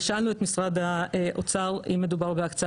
שאלנו את משרד האוצר אם מדובר בהקצאה